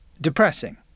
Depressing